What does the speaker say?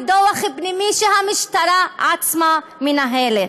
פנימי שהמשטרה עצמה מנהלת.